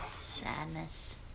Sadness